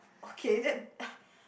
okay then